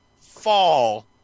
fall